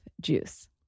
Juice